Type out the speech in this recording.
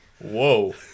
Whoa